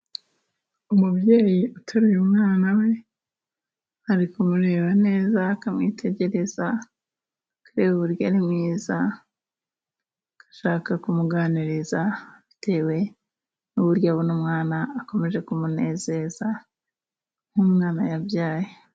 Umubyeyi uteruye umwana we, ari kumureba neza akamwitegereza, akareba uburyo ari mwiza, agashaka kumuganiriza bitewe n'uburyo abona umwana akomeje kumunezeza nk'umwana yabyaye.